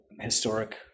historic